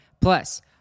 Plus